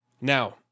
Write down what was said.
Now